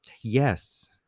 Yes